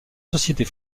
sociétés